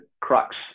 crux